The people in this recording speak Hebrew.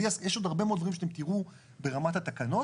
יש עוד הרבה מאוד דברים שאתם תראו ברמת התקנות.